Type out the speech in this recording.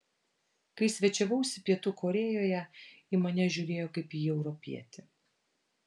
kai svečiavausi pietų korėjoje į mane žiūrėjo kaip į europietį